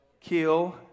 kill